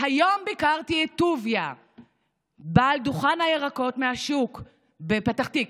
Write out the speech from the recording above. היום ביקרתי את טוביה בעל דוכן הירקות מהשוק בפתח תקווה.